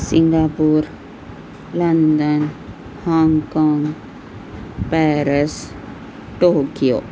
Singapore London Hong Kong Paris Tokyo